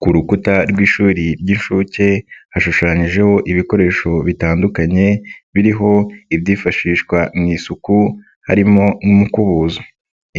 Ku rukuta rw'ishuri ry'inshuke, hashushanyijeho ibikoresho bitandukanye, biriho ibyifashishwa mu isuku, harimo nk'umukubuzo.